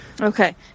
Okay